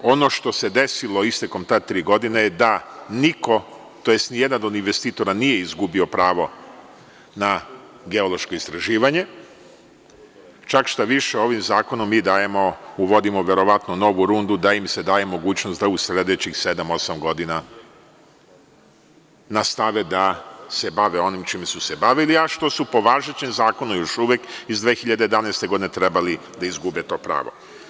Ono što se desilo istekom te tri godine je da niko, tj. ni jedan od investitora nije izgubio pravo na geološko istraživanje, čak šta više ovim zakonom mi dajemo, uvodimo verovatno novu rundu da im se daje mogućnost da u sledećim sedam, osam godina nastave da se bave onim čime su se bavili, a što su po važećim zakonima još uvek iz 2011. godine trebali da izgube to pravo.